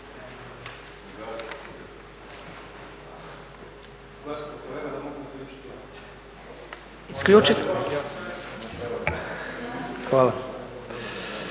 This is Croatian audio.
Hvala